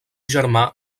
germà